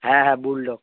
হ্যাঁ হ্যাঁ বুল ডগ